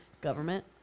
Government